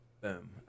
Boom